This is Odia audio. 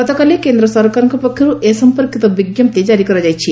ଗତକାଲି କେନ୍ଦ୍ର ସରକାରଙ୍କ ପକ୍ଷରୁ ଏ ସମ୍ପର୍କିତ ବିଜ୍ଞପ୍ତି ଜାରି କରାଯାଇଛି